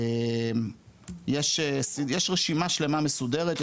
יש רשימה שלמה מסודרת,